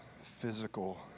physical